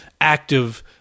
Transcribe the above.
active